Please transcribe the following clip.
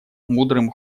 мудрым